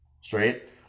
Straight